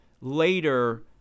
later